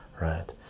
right